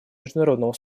международного